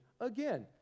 again